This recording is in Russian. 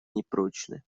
непрочны